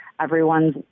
everyone's